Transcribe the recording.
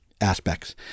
aspects